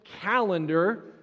calendar